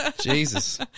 Jesus